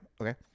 Okay